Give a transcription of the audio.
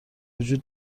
وجود